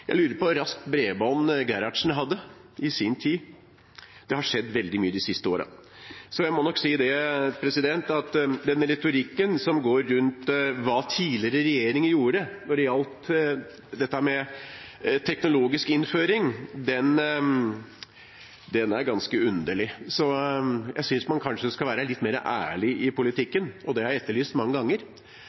Jeg lurer på hvor raskt bredbånd Gerhardsen hadde i sin tid. Det har skjedd veldig mye de siste årene. Jeg må nok si at den retorikken som går på hva tidligere regjeringer gjorde når det gjelder teknologisk innføring, er ganske underlig. Jeg synes man kanskje skal være litt mer ærlig i politikken, og det har jeg etterlyst mange ganger.